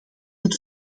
het